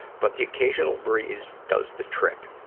but the occasional breeze does the trick.